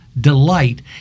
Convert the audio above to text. delight